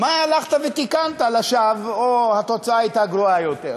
"מה הלכת ותיקנת לשווא?" או: "התוצאה הייתה גרועה יותר".